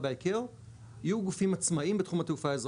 ב-ICAO יהיו גופים עצמאיים בתחום התעופה האזרחית.